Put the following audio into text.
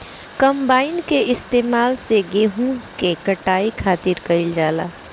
combine के इस्तेमाल से गेहूँ के कटाई खातिर कईल जाला